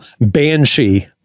Banshee